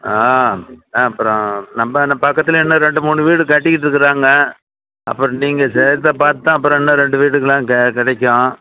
ஆ ஆ அப்பறம் நம்ம பக்கத்துலேயே இன்னும் ரெண்டு மூணு வீடு கட்டிகிட்டு இருக்கிறாங்க அப்பறம் நீங்கள் செய்றத பார்த்து தான் அப்புறம் இன்னும் ரெண்டு வீட்டுக்கெல்லாம் கிடைக்கும்